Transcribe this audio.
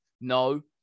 no